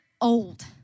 old